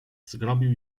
zgromił